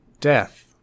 Death